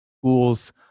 schools